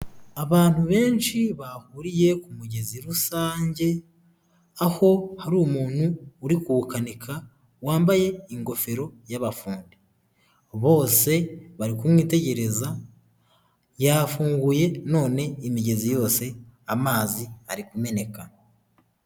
Abantu benshi bahuriye ku mugezi rusange aho hari umuntu uri kuwukanika wambaye ingofero y'abafundi. Bose bari kumwitegereza yafunguye none imigezi yose amazi ari kumeneka.